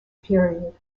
period